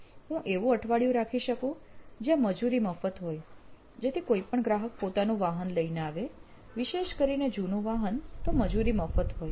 હું એવું અઠવાડિયું રાખી શકું જ્યાં મજૂરી મફત હોય જેથી કોઈ પણ ગ્રાહક પોતાનું વાહન લઈને આવે વિશેષ કરીને જૂનું વાહન તો મજૂરી મફત હોય